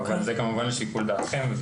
אבל זה כמובן לשיקול דעתכם.